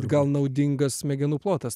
gal naudingas smegenų plotas